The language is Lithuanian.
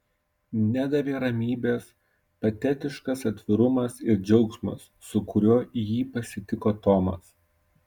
nedavė ramybės patetiškas atvirumas ir džiaugsmas su kuriuo jį pasitiko tomas